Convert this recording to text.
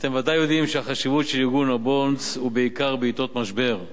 אתם בוודאי יודעים שהחשיבות של ארגון "הבונדס" היא בעיקר בעתות משבר,